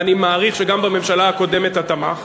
ואני מעריך שגם בממשלה הקודמת את תמכת,